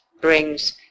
brings